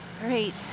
Great